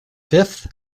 fifth